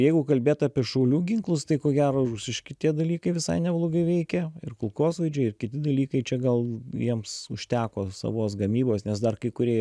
jeigu kalbėt apie šaulių ginklus tai ko gero rusiški tie dalykai visai neblogai veikė ir kulkosvaidžiai ir kiti dalykai čia gal jiems užteko savos gamybos nes dar kai kurie